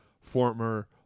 former